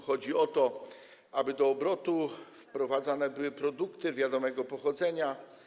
Chodzi o to, aby do obrotu wprowadzane były produkty wiadomego pochodzenia.